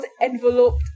enveloped